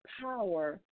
power